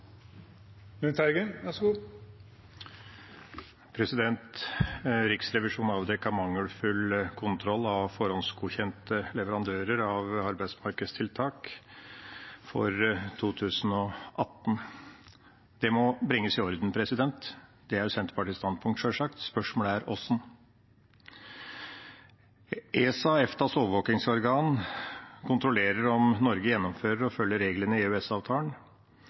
Riksrevisjonen avdekket mangelfull kontroll av forhåndsgodkjente leverandører av arbeidsmarkedstiltak for 2018. Det må bringes i orden. Det er Senterpartiets standpunkt, sjølsagt. Spørsmålet er: Hvordan? ESA, EFTAs overvåkingsorgan, kontrollerer om Norge gjennomfører og følger reglene i